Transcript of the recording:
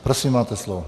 Prosím, máte slovo.